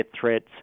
threats